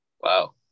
Wow